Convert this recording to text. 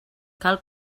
cal